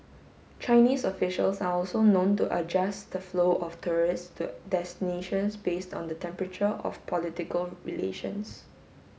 Chinese officials are also known to adjust the flow of tourists to destinations based on the temperature of political relations